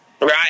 Right